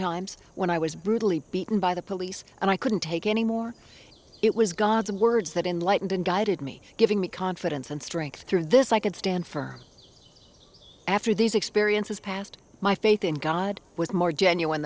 times when i was brutally beaten by the police and i couldn't take any more it was god's words that in lightened and guided me giving me confidence and strength through this i could stand firm after these experiences passed my faith in god was more genuine